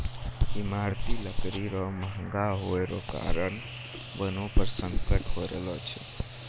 ईमारती लकड़ी रो महगा होय रो कारण वनो पर संकट होय रहलो छै